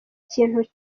kindi